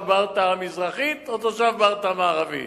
ברטעה המזרחית או תושב ברטעה המערבית?